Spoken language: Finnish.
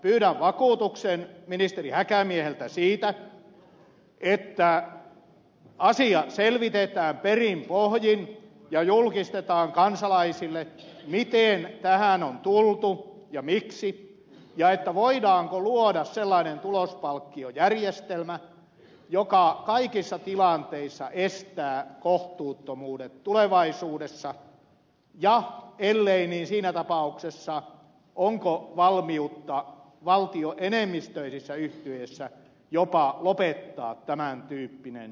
pyydän vakuutuksen ministeri häkämieheltä siitä että asia selvitetään perin pohjin ja julkistetaan kansalaisille miten tähän on tultu ja miksi ja voidaanko luoda sellainen tulospalkkiojärjestelmä joka kaikissa tilanteissa estää kohtuuttomuudet tulevaisuudessa ja ellei niin onko siinä tapauksessa valmiutta valtioenemmistöisissä yhtiöissä jopa lopettaa tämän tyyppinen tulospalkkiojärjestelmä